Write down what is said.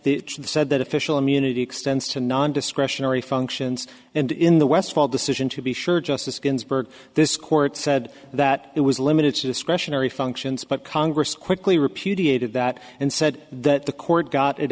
said he said that official immunity extends to non discretionary functions and in the westfall decision to be sure justice ginsburg this court said that it was limited to discretionary functions but congress quickly repudiated that and said that the court got it